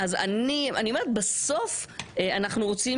אני אומרת שבסוף אנחנו רוצים